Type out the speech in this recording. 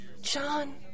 John